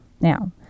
Now